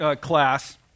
class